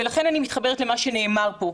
ולכן אני מתחברת למה שנאמר פה.